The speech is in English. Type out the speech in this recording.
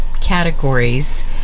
categories